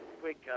quick